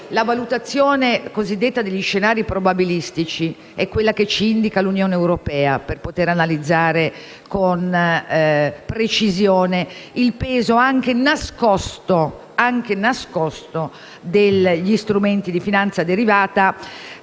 la valutazione cosiddetta degli scenari probabilistici è quella che indica l'Unione europea per poter analizzare con precisione il peso, anche nascosto, degli strumenti di finanza derivata